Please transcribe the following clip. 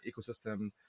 ecosystem